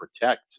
protect